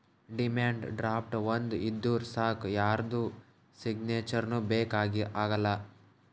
demand draft ಒಂದ್ ಇದ್ದೂರ್ ಸಾಕ್ ಯಾರ್ದು ಸಿಗ್ನೇಚರ್ನೂ ಬೇಕ್ ಆಗಲ್ಲ